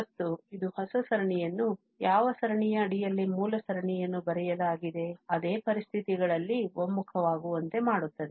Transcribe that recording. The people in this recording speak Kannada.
ಮತ್ತು ಇದು ಹೊಸ ಸರಣಿಯನ್ನು ಯಾವ ಸರಣಿಯ ಅಡಿಯಲ್ಲಿ ಮೂಲ ಸರಣಿಯನ್ನು ಬರೆಯಲಾಗಿದೆ ಅದೇ ಪರಿಸ್ಥಿತಿಗಳಲ್ಲಿ ಒಮ್ಮುಖ ವಾಗುವಂತೆ ಮಾಡುತ್ತದೆ